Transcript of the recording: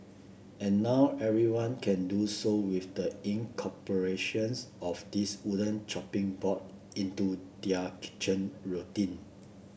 and now everyone can do so with the incorporations of this wooden chopping board into their kitchen routine